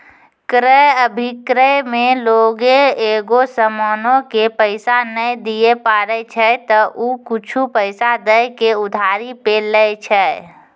क्रय अभिक्रय मे लोगें एगो समानो के पैसा नै दिये पारै छै त उ कुछु पैसा दै के उधारी पे लै छै